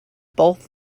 both